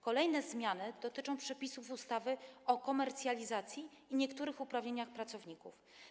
Kolejne zmiany dotyczą przepisów ustawy o komercjalizacji i niektórych uprawnieniach pracowników.